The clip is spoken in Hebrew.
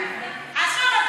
עזוב,